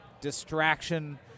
distraction